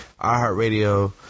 iHeartRadio